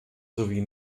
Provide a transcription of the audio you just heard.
sowie